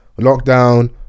lockdown